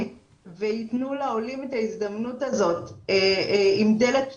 ויתנו לעולים את ההזדמנות הזאת עם דלת פתוחה,